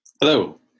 Hello